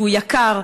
שהוא יקר,